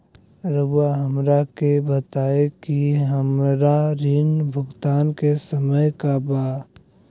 रहुआ हमरा के बताइं कि हमरा ऋण भुगतान के समय का बा?